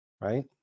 right